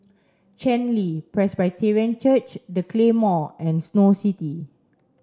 Chen Li Presbyterian Church The Claymore and Snow City